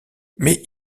mais